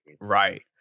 right